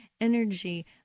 energy